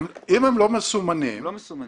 אם הם לא מסומנים -- הם לא מסומנים.